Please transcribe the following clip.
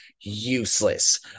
useless